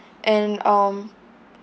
and um